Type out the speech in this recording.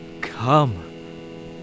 Come